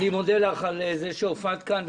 אני מודה לך על זה שהופעת כאן,